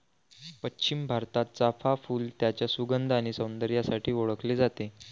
पश्चिम भारतात, चाफ़ा फूल त्याच्या सुगंध आणि सौंदर्यासाठी ओळखले जाते